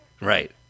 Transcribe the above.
Right